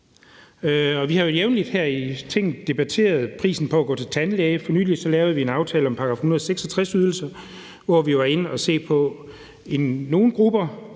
i Folketinget debatteret prisen på at gå til tandlæge. For nylig lavede vi en aftale om § 166-ydelser, hvor vi var inde at se, at nogle grupper